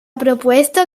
propuesto